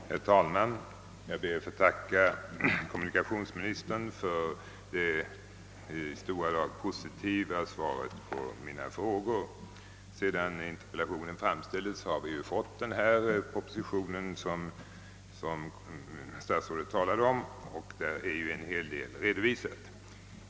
Herr talman! Jag ber att få tacka kommunikationsministern för det i stora drag positiva svaret på mina frågor. Sedan interpellationen framställdes, har vi ju fått den proposition som statsrådet talade om, och där är ju en hel del redovisat.